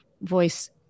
voice